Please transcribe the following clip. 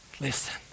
Listen